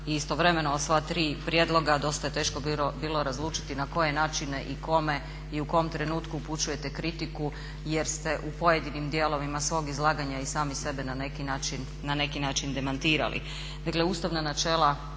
istovremeno o sva tri prijedloga dosta je teško bilo razlučiti na koje načine i kome i u kom trenutku upućujete kritiku, jer ste u pojedinim dijelovima svog izlaganja i sami sebe na neki način demantirali.